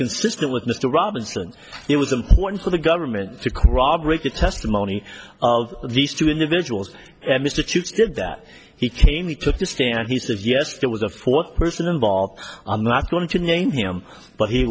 consistent with mr robinson it was important for the government to corroborate the testimony of these two individuals and mr chips did that he came he took the stand he said yes there was a fourth person involved i'm not going to name him but he